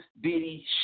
bitty